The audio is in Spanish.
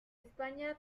españa